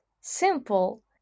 simple